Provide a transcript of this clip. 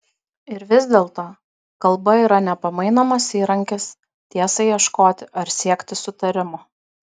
ir vis dėlto kalba yra nepamainomas įrankis tiesai ieškoti ar siekti sutarimo